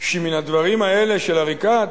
שמן הדברים האלה של עריקאת